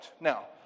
Now